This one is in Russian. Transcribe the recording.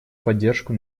поддержку